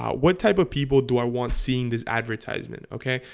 what type of people do i want seeing this advertisement okay,